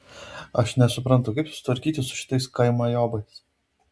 aš nesuprantu kaip susitvarkyti su šitais kaimajobais